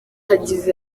yagize